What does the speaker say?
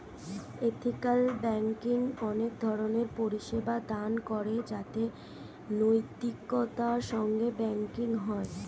ethical banking অনেক ধরণের পরিষেবা দান করে যাতে নৈতিকতার সঙ্গে ব্যাঙ্কিং হয়